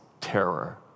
terror